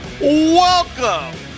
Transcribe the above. Welcome